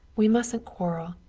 we mustn't quarrel.